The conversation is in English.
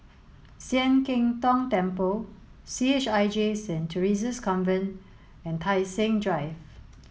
Sian Keng Tong Temple C H I J Saint Theresa's Convent and Tai Seng Drive